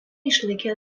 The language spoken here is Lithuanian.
išlaikė